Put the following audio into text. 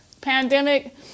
pandemic